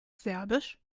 serbisch